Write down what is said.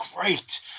great